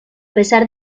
pesar